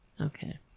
Okay